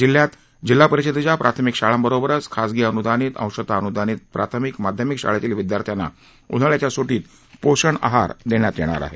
जिल्ह्यात जिल्हा परिषदेच्या प्राथमिक शाळांबरोबरच खासगी अन्दानित अंशत अन्दानित प्राथमिक माध्यमिक शाळेतील विद्यार्थ्यांना उन्हाळ्याच्या सुटीत पोषण आहार देण्यात येणार आहे